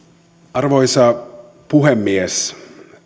arvoisa puhemies haluan ihan aluksi